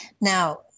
Now